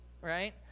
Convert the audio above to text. right